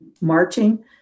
marching